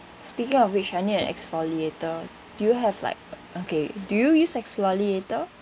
speaking of which I need an exfoliator do you have like okay do you use exfoliator